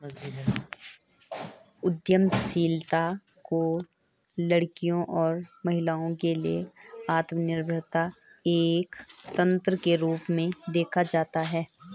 उद्यमशीलता को लड़कियों और महिलाओं के लिए आत्मनिर्भरता एक तंत्र के रूप में देखा जाता है